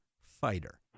fighter